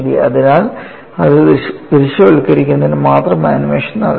അതിനാൽ അത് ദൃശ്യവൽക്കരിക്കുന്നതിന് മാത്രം ആനിമേഷൻ നടത്തി